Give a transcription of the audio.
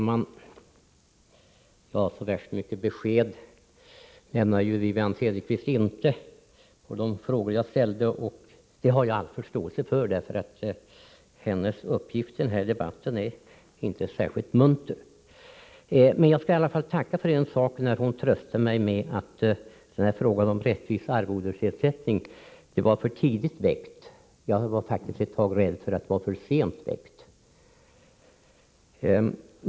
Herr talman! Så värst mycket besked på de frågor jag ställde lämnade Wivi-Anne Cederqvist inte, och det har jag all förståelse för — hennes uppgift i den här debatten är inte särskilt munter. Men jag skall i alla fall tacka för en sak: Hon tröstade mig med att frågan om rättvis arvodesersättning var för tidigt väckt — jag var ett tag faktiskt rädd för att den var för sent väckt.